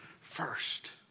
first